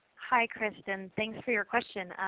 high kristin. thanks for your question,